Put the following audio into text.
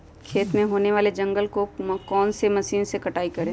खेत में होने वाले जंगल को कौन से मशीन से कटाई करें?